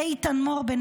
איתן מור, בן